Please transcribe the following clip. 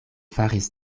faris